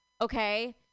okay